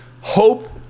hope